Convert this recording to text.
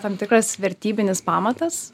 tam tikras vertybinis pamatas